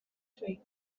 dweud